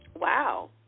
Wow